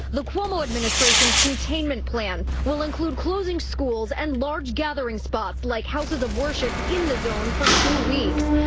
the cuomo administration's containment plan will include closing schools and large gathering spots like houses of worship in the zone for two weeks.